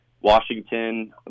Washington